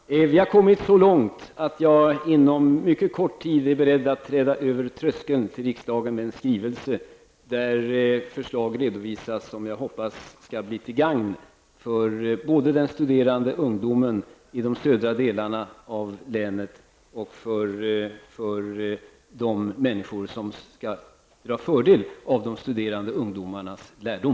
Herr talman! Vi har kommit så långt att jag inom en mycket kort tid är beredd att träda över tröskeln till riksdagshuset med en skrivelse där förslag redovisas som jag hoppas skall bli till gagn för både de studerande ungdomarna i de södra delarna av länet och de människor som skall dra fördel de studerande ungdomarnas lärdom.